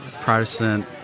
Protestant